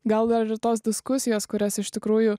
gal dar ir tos diskusijos kurias iš tikrųjų